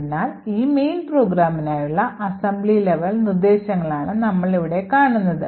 അതിനാൽ ഈ main പ്രോഗ്രാമിനായുള്ള അസംബ്ലി ലെവൽ നിർദ്ദേശങ്ങളാണ് നമ്മൾ ഇവിടെ കാണുന്നത്